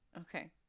Okay